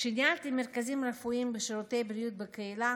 כשניהלתי מרכזים רפואיים בשירותי בריאות בקהילה